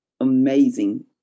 Amazing